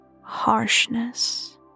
harshness